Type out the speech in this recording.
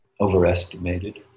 overestimated